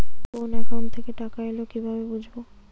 কোন একাউন্ট থেকে টাকা এল কিভাবে বুঝব?